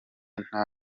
nta